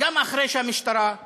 גם אחרי שבית-משפט